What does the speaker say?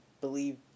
believe